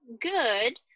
good